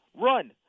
Run